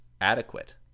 adequate